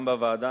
גם בוועדה,